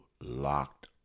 locked